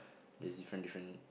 there's different different